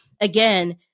Again